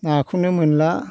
नाखौनो मोनला